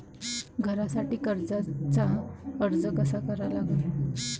घरासाठी कर्जाचा अर्ज कसा करा लागन?